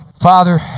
Father